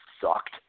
sucked